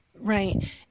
right